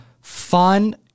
fun